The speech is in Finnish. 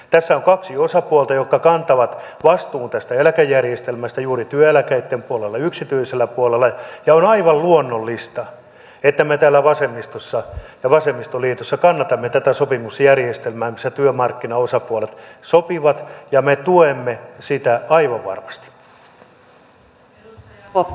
tässä on kaksi osapuolta jotka kantavat vastuun tästä eläkejärjestelmästä juuri työeläkkeitten puolella yksityisellä puolella ja on aivan luonnollista että me täällä vasemmistossa ja vasemmistoliitossa kannatamme tätä sopimusjärjestelmää jossa työmarkkinaosapuolet sopivat ja me tuemme sitä aivan varmasti